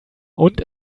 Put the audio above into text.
und